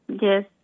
yes